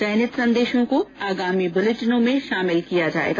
चयनित संदेशों को आगामी बुलेटिनों में शामिल किया जाएगा